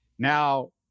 Now